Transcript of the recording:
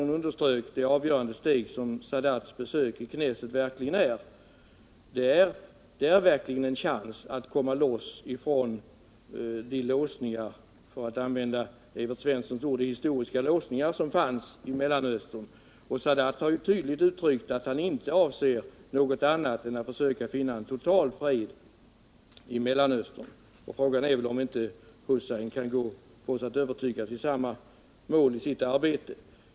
Hon underströk det avgörande steg som Sadats besök i Knesset verkligen innebär. Det betyder i själva verket en chans att komma loss ifrån de, för att använda Evert Svenssons ord, historiska låsningar, som fanns i Mellanöstern. Sadat har ju tydligt uttalat att han inte strävar efter något annat än att söka uppnå en total fred i Mellanöstern. Frågan är väl om det inte går att övertyga Hussein att verka för samma mål.